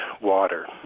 water